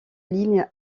ligne